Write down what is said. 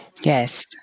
Yes